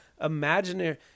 imaginary